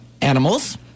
Animals